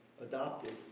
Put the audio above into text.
adopted